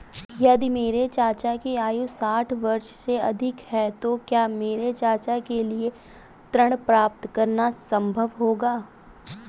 यदि मेरे चाचा की आयु साठ वर्ष से अधिक है तो क्या मेरे चाचा के लिए ऋण प्राप्त करना संभव होगा?